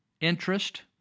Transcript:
interest